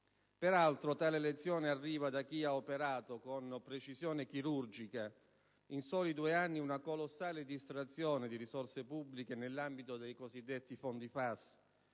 Peraltro, tale lezione arriva da chi ha operato con precisione chirurgica, in soli due anni, una colossale distrazione di risorse pubbliche nell'ambito dei cosiddetti fondi FAS